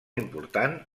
important